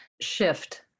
shift